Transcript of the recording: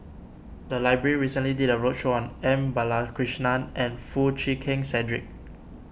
the library recently did a roadshow on M Balakrishnan and Foo Chee Keng Cedric